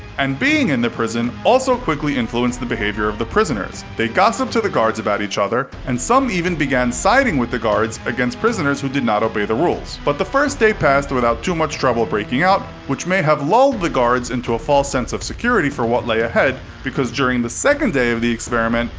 and being in the prison also quickly influenced the behavior of the prisoners. they gossiped to the guards about each other, and some even began siding with the guards against prisoners who did not obey the rules. but the first day passed without too much trouble breaking out, which may have lulled the guards into a false sense of security for what lay ahead, because during the second day of the experiment,